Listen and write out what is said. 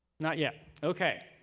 not yet? ok.